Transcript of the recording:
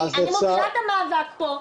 אני עושה את המאבק פה,